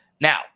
Now